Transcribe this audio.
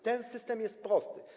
Ten system jest prosty.